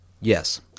Yes